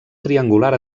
triangular